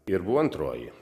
ir buvo antroji